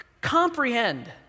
comprehend